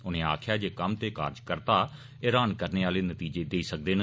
उनें आक्खेया जे कम्म ते कार्जकर्ता हैरान करने आह्ले नतीजे देई सकदे न